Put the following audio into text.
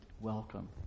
welcome